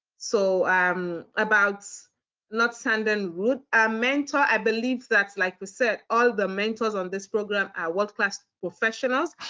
so um about not sounding rude a mentor, i believe that like we said, all the mentors on this program are world class professionals.